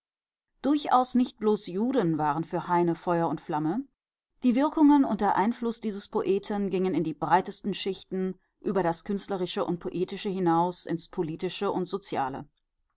durchaus nicht bloß juden waren für heine feuer und flamme die wirkungen und der einfluß dieses poeten gingen in die breitesten schichten über das künstlerische und poetische hinaus ins politische und soziale